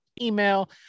email